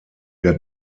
der